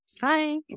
Bye